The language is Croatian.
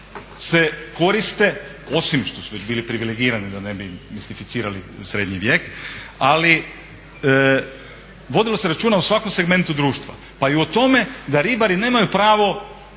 se koriste osim što su već bili privilegirani da ne bi mistificirali srednji vijek. Ali vodilo se računa u svakom segmentu društva, pa i o tome da ribari nemaju pravo